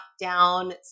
down